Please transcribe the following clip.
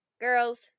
girls